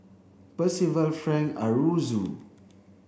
Percival Frank Aroozoo